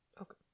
Okay